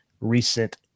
recent